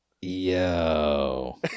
Yo